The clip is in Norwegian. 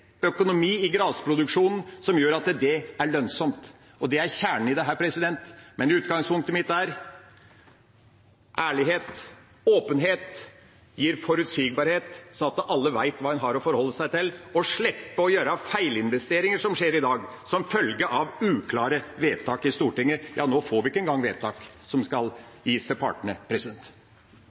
gjør den lønnsom. Det er kjernen i dette. Men utgangspunktet mitt er: Ærlighet og åpenhet gir forutsigbarhet, slik at alle vet hva en har å forholde seg til – og slipper å gjøre feilinvesteringer, som skjer i dag, som følge av uklare vedtak i Stortinget. Nå får vi ikke engang vedtak som skal gis til partene.